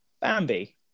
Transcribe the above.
Bambi